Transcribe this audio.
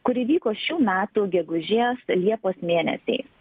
kuri vyko šių metų gegužės liepos mėnesiais